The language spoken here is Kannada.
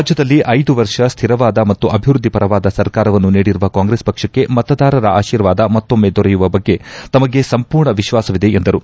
ರಾಜ್ಯದಲ್ಲಿ ಐದು ವರ್ಷ ಸ್ಥಿರವಾದ ಮತ್ತು ಅಭಿವೃದ್ಧಿ ಪರವಾದ ಸರ್ಕಾರವನ್ನು ನೀಡಿರುವ ಕಾಂಗ್ರೆಸ್ ಪಕ್ಷಕ್ಕೆ ಮತದಾರರ ಅಶೀರ್ವಾದ ಮತ್ತೊಮ್ನೆ ದೊರೆಯುವ ಬಗ್ಗೆ ತಮಗೆ ಸಂಪೂರ್ಣ ವಿಶ್ವಾಸವಿದೆ ಎಂದರು